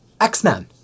X-Men